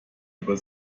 über